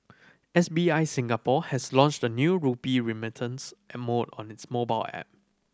S B I Singapore has launched a new rupee remittance mode on its mobile app